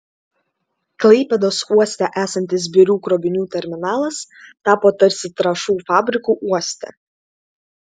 klaipėdos uoste esantis birių krovinių terminalas tapo tarsi trąšų fabriku uoste